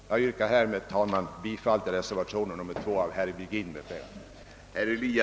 Jag ber, herr talman, att få yrka bifall till reservationen 2 av herr Virgin m.fl.